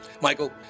Michael